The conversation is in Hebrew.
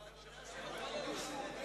אם מישהו נגד,